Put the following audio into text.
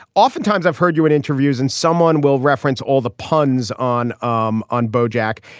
oftentimes i've heard you in interviews and someone will reference all the puns on um on bojack,